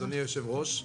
אדוני היושב-ראש,